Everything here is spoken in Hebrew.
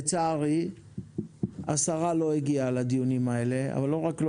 לצערי השרה לא הגיעה לדיונים האלה אבל לא רק שלא